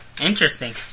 Interesting